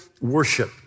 worship